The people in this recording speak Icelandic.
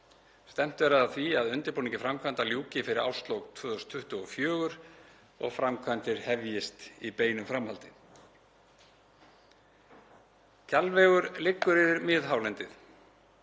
verði að því að undirbúningi framkvæmda ljúki fyrir árslok 2024 og framkvæmdir hefjist í beinu framhaldi.“ Kjalvegur liggur yfir miðhálendið